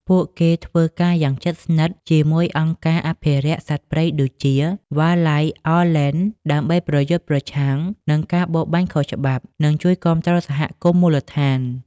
ពួកគេធ្វើការយ៉ាងជិតស្និទ្ធជាមួយអង្គការអភិរក្សសត្វព្រៃដូចជា Wildlife Alliance ដើម្បីប្រយុទ្ធប្រឆាំងនឹងការបរបាញ់ខុសច្បាប់ និងជួយគាំទ្រសហគមន៍មូលដ្ឋាន។